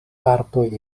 partoj